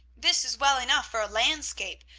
this is well enough for a landscape,